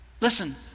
Listen